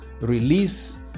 release